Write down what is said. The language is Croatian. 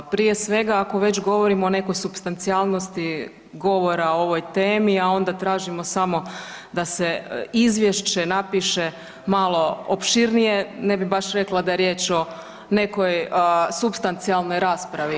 Prije svega ako već govorimo o nekoj supstancijalnosti govora o ovoj temi, a onda tražimo samo da se izvješće napiše malo opširnije, ne bi baš rekla da je riječ o nekoj supstancijalnoj raspravi.